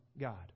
God